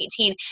2018